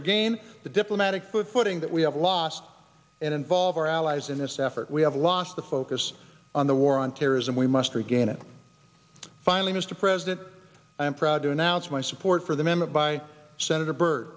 regain the diplomatic put footing that we have lost and involve our allies in this effort we have lost the focus on the war on terrorism we must regain it finally mr president i'm proud to announce my support for the member by senator byrd